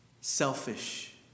selfish